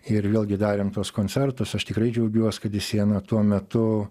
ir vėlgi darėm tuos koncertus aš tikrai džiaugiuos kad į sieną tuo metu